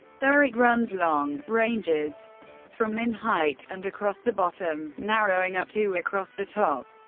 there it runs long, ranges from in height, and across the bottom, narrowing up to across the top.